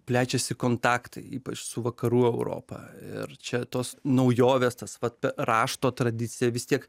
plečiasi kontaktai ypač su vakarų europa ir čia tos naujovės tas pat rašto tradicija vis tiek